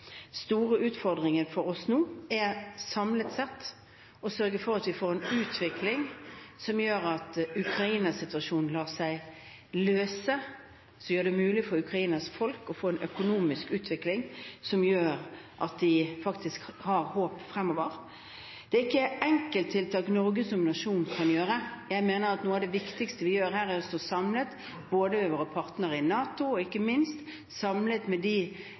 store utfordringen for oss nå er samlet sett å sørge for at vi får en utvikling der Ukraina-situasjonen lar seg løse slik at det blir mulig for Ukrainas folk å få en økonomisk utvikling som gjør at de faktisk har håp fremover. Det er ikke enkelttiltak Norge som nasjon kan gjøre. Jeg mener at noe av det viktigste vi gjør her, er å stå samlet, både med våre partnere i NATO og ikke minst med de venner vi har som har det samme syn på utviklingen, nemlig de